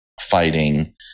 fighting